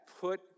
put